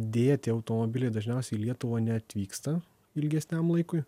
deja tie automobiliai dažniausiai į lietuvą neatvyksta ilgesniam laikui